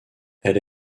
elle